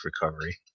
recovery